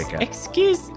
Excuse